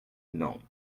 nantes